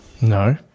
No